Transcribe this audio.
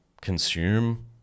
consume